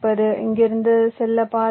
இங்கிருந்து செல்ல பாதை இல்லை